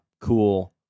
cool